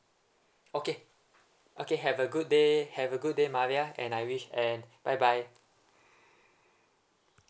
okay okay have a good day have a good day maria and I wish and bye bye